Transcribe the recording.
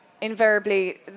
invariably